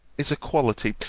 is a quality,